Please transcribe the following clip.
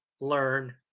learn